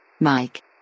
Mike